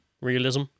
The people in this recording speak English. realism